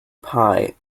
pie